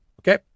Okay